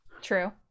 true